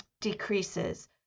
decreases